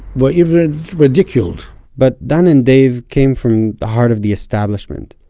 were even ridiculed but dan and dave came from the heart of the establishment.